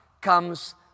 comes